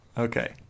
Okay